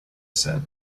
said